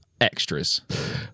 Extras